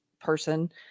person